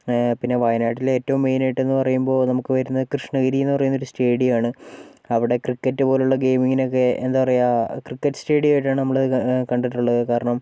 പിന്നെ വായനാട്ടിലേറ്റവും മെയിനായിട്ടെന്ന് പറയുമ്പോൾ നമുക്ക് വരുന്നത് കൃഷ്ണഗിരി എന്ന് പറയുന്ന ഒരു സ്റ്റേഡിയം ആണ് അവിടെ ക്രിക്കറ്റ് പോലുള്ള ഗെയിമിംഗിനൊക്കെ എന്താ പറയുക ക്രിക്കറ്റ് സ്റ്റേഡിയം ആയിട്ടാണ് നമ്മള് കണ്ടിട്ടുള്ളത് കാരണം